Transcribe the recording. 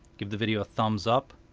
give the video a thumbs up,